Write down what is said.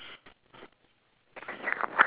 ya ya correct L shape mah